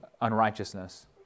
unrighteousness